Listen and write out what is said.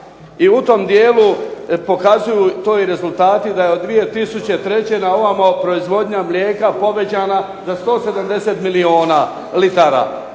I u tom dijelu pokazuju to i rezultati da je od 2003. na ovamo proizvodnja mlijeka povećana za 170 milijuna litara,